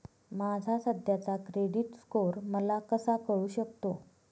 माझा सध्याचा credit score मला कसा कळू शकतो?